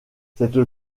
cette